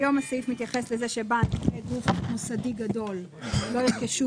היום הסעיף מתייחס לזה שבנק וגוף מוסדי גדול לא ירכשו